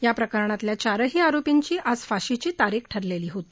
या प्रकरणातल्या चारही आरोपींची आज फाशीची तारीख ठरलेली होती